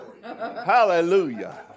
Hallelujah